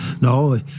no